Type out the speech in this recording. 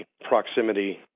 proximity